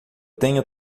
tenho